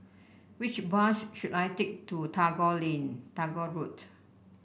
which bus should I take to Tagore Ling Tagore Road